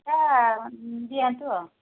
ଦିଅନ୍ତୁ ଆଉ